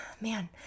man